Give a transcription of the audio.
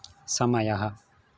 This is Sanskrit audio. समयः